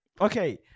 Okay